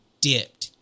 dipped